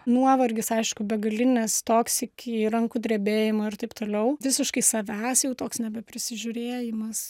nuovargis aišku begalinis toks iki rankų drebėjimo ir taip toliau visiškai savęs jau toks nebeprisižiūrėjimas